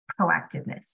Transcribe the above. proactiveness